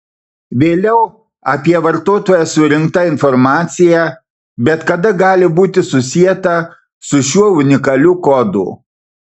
vėliau apie vartotoją surinkta informacija bet kada gali būti susieta su šiuo unikaliu kodu